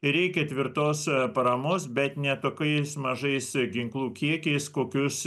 ir reikia tvirtos paramos bet ne tokiais mažais ginklų kiekiais kokius